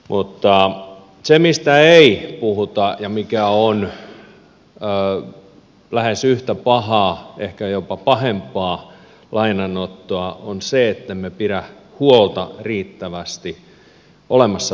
mutta se mistä ei puhuta ja mikä on lähes yhtä pahaa ehkä jopa pahempaa lainanottoa on se ettemme pidä huolta riittävästi olemassa olevasta infrasta